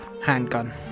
handgun